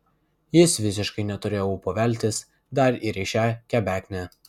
jis visiškai neturėjo ūpo veltis dar ir į šią kebeknę